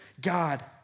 God